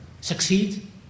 succeed